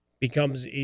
Becomes